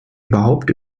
überhaupt